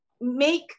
make